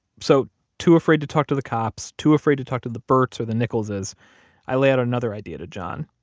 so too afraid to talk to the cops, too afraid to talk to the burts or the nicholses, i lay out another idea to john.